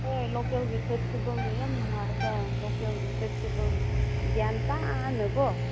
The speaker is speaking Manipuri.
ꯍꯣꯏ ꯂꯣꯀꯦꯜꯒꯤ ꯐꯦꯁꯇꯤꯕꯦꯜꯅ ꯌꯥꯝ ꯅꯨꯡꯉꯥꯏꯗ ꯂꯣꯀꯦꯜꯒꯤ ꯐꯦꯁꯇꯤꯕꯦꯜꯅ ꯒ꯭ꯌꯥꯟ ꯇꯥꯅꯀꯣ